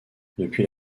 depuis